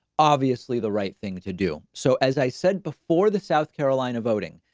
obviously, the right thing to do. so, as i said before, the south carolina voting,